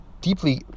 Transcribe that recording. deeply